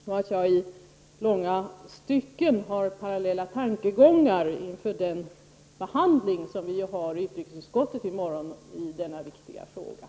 Jag har i långa stycken parallella tankegångar inför den behandling av denna viktiga fråga som vi skall ha i utrikesutskottet i morgon.